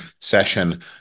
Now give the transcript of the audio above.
session